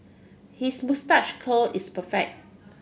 his moustache curl is perfect